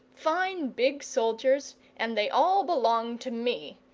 fine big soldiers, and they all belong to me.